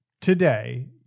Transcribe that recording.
today